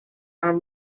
are